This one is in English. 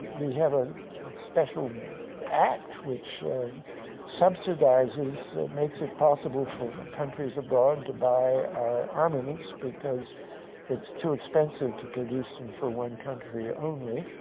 we have a special act which subsidizes, makes it possible for countries abroad to buy our armaments because it's too expensive to produce them for one country only.